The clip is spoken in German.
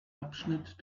abschnitt